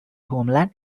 homeland